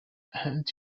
and